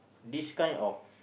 this kind of